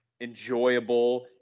enjoyable